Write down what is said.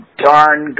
darn